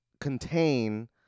contain